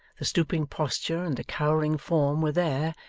the stooping posture and the cowering form were there,